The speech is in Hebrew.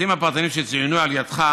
המקרים הפרטניים שצוינו על ידך,